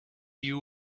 you